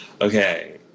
Okay